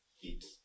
eat